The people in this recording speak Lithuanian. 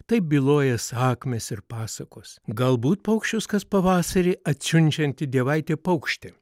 tai byloja sakmės ir pasakos galbūt paukščius kas pavasarį atsiunčianti dievaitė paukštė